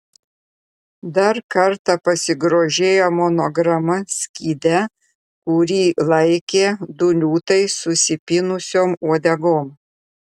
dar kartą pasigrožėjo monograma skyde kurį laikė du liūtai susipynusiom uodegom